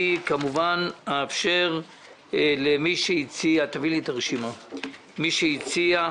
אני כמובן אאפשר לדבר למי שהציע את הנושא לדיון.